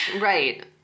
right